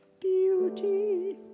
beauty